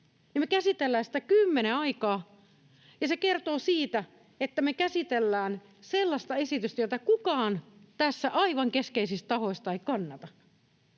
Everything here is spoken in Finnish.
me käsitellään sitä kymmenen aikaan, ja se kertoo siitä, että me käsitellään sellaista esitystä, jota kukaan tässä aivan keskeisistä tahoista ei kannata.